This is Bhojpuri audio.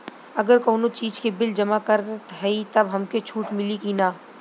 अगर कउनो चीज़ के बिल जमा करत हई तब हमके छूट मिली कि ना?